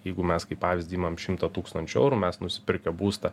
jeigu mes kaip pavyzdį imam šimtą tūkstančių eurų mes nusipirkę būstą